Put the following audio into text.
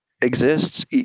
exists